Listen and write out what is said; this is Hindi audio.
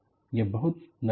यह बहुत नरम है